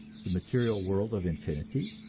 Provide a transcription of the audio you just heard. the material world of infinity?